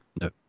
No